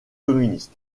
communiste